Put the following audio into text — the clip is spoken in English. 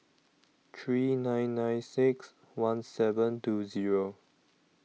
three nine nine six one seven two Zero